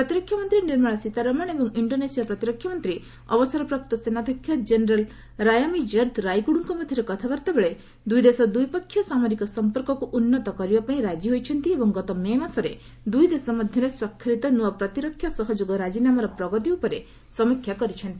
ପ୍ରତିରକ୍ଷା ମନ୍ତ୍ରୀ ନିର୍ମଳା ସୀତାରମଣ ଏବଂ ଇଶ୍ଡୋନେସିଆ ପ୍ରତିରକ୍ଷା ମନ୍ତ୍ରୀ ଅବସରପ୍ରାପ୍ତ ସେନାଧ୍ୟକ୍ଷ ଜେନେରାଲ୍ ରାୟାମିଜର୍ଦ୍ଦ ରାଇକ୍ଡୁଙ୍କ ମଧ୍ୟରେ କଥାବାର୍ତ୍ତା ବେଳେ ଦୁଇଦେଶ ଦ୍ୱିପକ୍ଷିୟ ସାମରିକ ସମ୍ପର୍କକୁ ଉନ୍ନତ କରିବା ପାଇଁ ରାଜି ହୋଇଛନ୍ତି ଏବଂ ଗତ ମେ ମାସରେ ଦୁଇ ଦେଶ ମଧ୍ୟରେ ସ୍ୱାକ୍ଷରିତ ନୂଆ ପ୍ରତିରକ୍ଷା ସହଯୋଗ ରାଜିନାମାର ପ୍ରଗତି ଉପରେ ସମୀକ୍ଷା କରିଚ୍ଛନ୍ତି